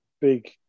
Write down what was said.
big